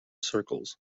circles